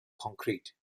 concrete